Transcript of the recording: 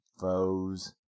foes